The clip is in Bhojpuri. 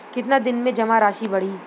कितना दिन में जमा राशि बढ़ी?